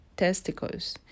testicles